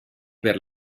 per